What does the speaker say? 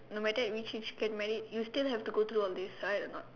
no matter which age you get married you still have to go through all this right or not